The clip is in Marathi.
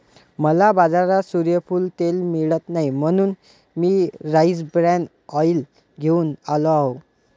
मला बाजारात सूर्यफूल तेल मिळत नाही म्हणून मी राईस ब्रॅन ऑइल घेऊन आलो आहे